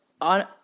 on